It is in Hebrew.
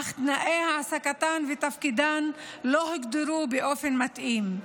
אך תנאי העסקתן ותפקידן לא הוגדרו באופן מתאים.